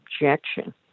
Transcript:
objection